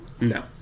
No